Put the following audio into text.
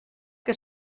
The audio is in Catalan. que